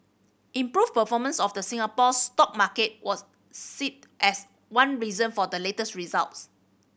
improved performance of the Singapore stock market was as one reason for the latest results